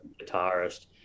guitarist